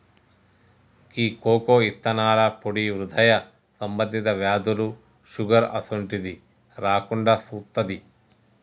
గీ cocoa ఇత్తనాల పొడి హృదయ సంబంధి వ్యాధులు, షుగర్ అసోంటిది రాకుండా సుత్తాది